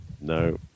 No